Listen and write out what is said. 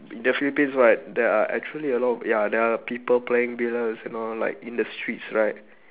the philippines right there are actually a lot of ya there are people playing billiards and all like in the streets right